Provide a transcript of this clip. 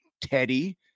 teddy